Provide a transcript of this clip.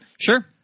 Sure